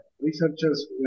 researchers